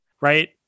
right